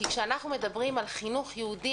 כשאנחנו מדברים על חינוך יהודי,